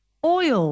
Oil